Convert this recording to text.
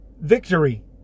victory